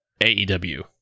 AEW